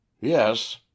Yes